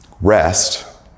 Rest